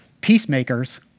peacemakers